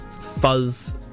fuzz